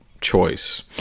choice